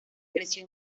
creció